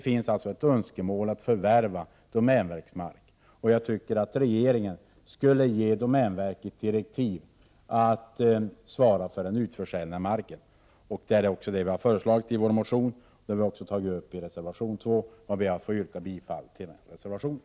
Man har alltså en önskan att förvärva sådan mark. Regeringen borde ge domänverket direktiv att svara för en utförsäljning av marken, vilket vi också föreslagit i vår motion, och vi har även tagit upp detta i reservation nr 2. Jag ber att få yrka bifall till den reservationen.